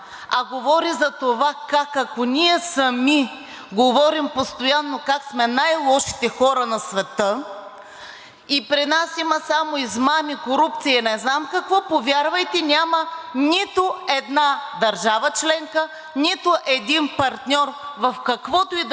а говори за това как, ако ние сами говорим постоянно как сме най-лошите хора на света и при нас има само измами, корупция и не знам какво, повярвайте, няма нито една държава членка, нито един партньор в каквото и да